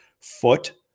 foot